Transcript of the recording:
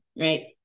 right